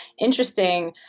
interesting